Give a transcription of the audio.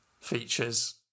features